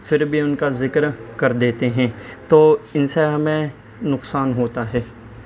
پھر بھی ان کا ذکر کر دیتے ہیں تو ان سے ہمیں نقصان ہوتا ہے